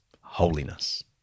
Holiness